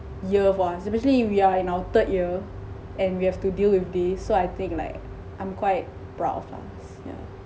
year for us especially we are in our third year and we have to deal with this so I think like I'm quite proud of us yeah